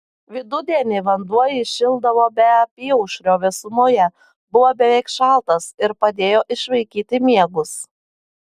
vidudienį vanduo įšildavo bet apyaušrio vėsumoje buvo beveik šaltas ir padėjo išvaikyti miegus